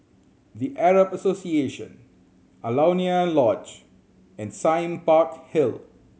The Arab Association Alaunia Lodge and Sime Park Hill